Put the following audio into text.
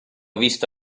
visto